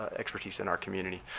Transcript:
ah expertise in our community,